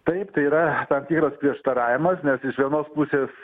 taip tai yra tam tikras prieštaravimas nes iš vienos pusės